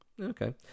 Okay